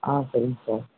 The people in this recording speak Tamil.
ஆ சரிங்க சார்